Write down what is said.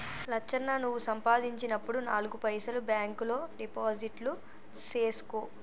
లచ్చన్న నువ్వు సంపాదించినప్పుడు నాలుగు పైసలు బాంక్ లో డిపాజిట్లు సేసుకో